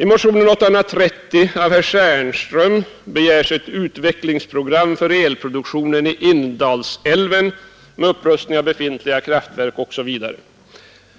I motionen 830 av herr Stjernström m.fl. begärs ett utvecklingsprogram för elproduktionen i Indalsälven med upprustning av befintliga kraftverk osv.